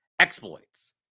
exploits